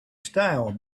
style